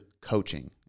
coaching